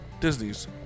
Disney's